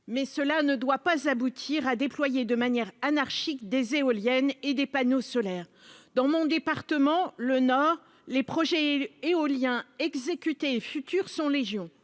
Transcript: mais cela ne doit pas aboutir à déployer de manière anarchique des éoliennes et des panneaux solaires, dans mon département : le Nord, les projets éoliens exécuté futur sont légion,